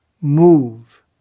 move